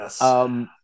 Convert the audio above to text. Yes